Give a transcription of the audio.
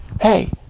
Hey